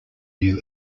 new